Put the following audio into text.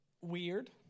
weird